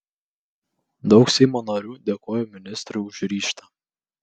daug seimo narių dėkojo ministrui už ryžtą